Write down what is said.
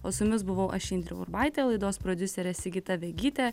o su jumis buvau aš indrė urbaitė laidos prodiuserė sigita vegytė